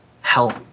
help